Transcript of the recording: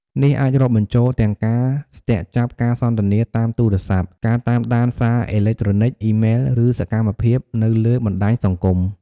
នេះអាចរាប់បញ្ចូលទាំងការស្ទាក់ចាប់ការសន្ទនាតាមទូរស័ព្ទ ការតាមដានសារអេឡិចត្រូនិច អ៊ីម៉ែល ឬសកម្មភាពនៅលើបណ្តាញសង្គម។